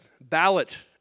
ballot